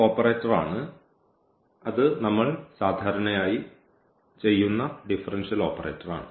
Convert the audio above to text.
operator എന്നത് നമ്മൾ സാധാരണയായി ചെയ്യുന്നതാണ്